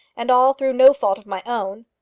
and all through no fault of my own.